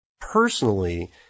personally